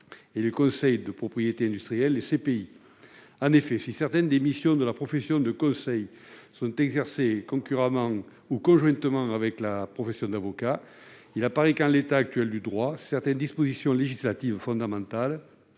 et conseil en propriété industrielle, ou CPI. En effet, si certaines des missions de la profession de conseil sont exercées concurremment ou conjointement avec la profession d'avocat, il apparaît qu'en l'état actuel du droit positif, certaines dispositions législatives fondamentales,